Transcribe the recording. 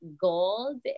gold